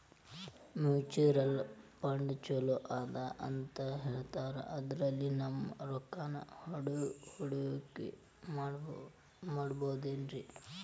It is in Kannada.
ಮ್ಯೂಚುಯಲ್ ಫಂಡ್ ಛಲೋ ಅದಾ ಅಂತಾ ಹೇಳ್ತಾರ ಅದ್ರಲ್ಲಿ ನಮ್ ರೊಕ್ಕನಾ ಹೂಡಕಿ ಮಾಡಬೋದೇನ್ರಿ?